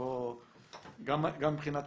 גם מבחינת